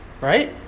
Right